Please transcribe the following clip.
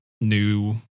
new